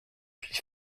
puis